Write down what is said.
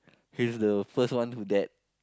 he's the first one who dead